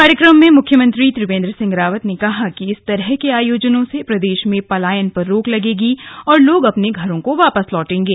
कार्यक्रम में मुख्यमंत्री त्रिवेन्द्र सिंह रावत ने कहा कि इस तरह के आयोजनों से प्रदेश में पलायन पर रोक लगेगी और लोग अपने घरों को वापस लौटेगें